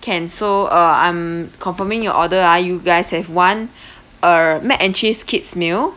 can so uh I'm confirming your order ah you guys have one err mac and cheese kids meal